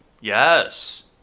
Yes